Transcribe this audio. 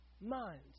minds